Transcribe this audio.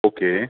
hello